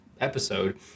episode